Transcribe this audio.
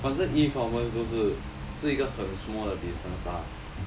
反正 e-commerce 都是是一个很 small 的 business but